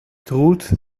truth